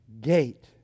gate